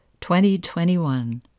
2021